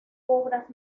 obras